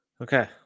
Okay